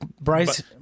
Bryce